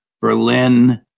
berlin